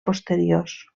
posteriors